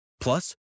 Plus